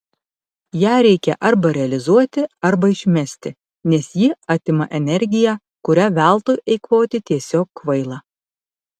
ją reikia arba realizuoti arba išmesti nes ji atima energiją kurią veltui eikvoti tiesiog kvaila